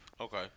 Okay